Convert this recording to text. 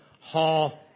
Hall